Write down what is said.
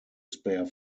spare